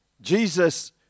Jesus